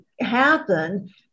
happen